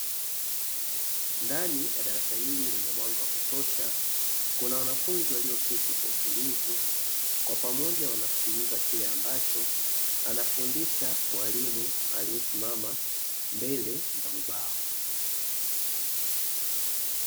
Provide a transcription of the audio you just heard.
Ndani ya darasa hili lenye mwanga wa kutosha, kuna wanafunzi walioketi kwa utulivu, kwa pamoja wanasikiliza kile ambacho anafundisha mwalimu aliyesimama mbele ya ubao.